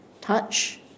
touch